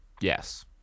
Yes